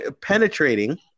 penetrating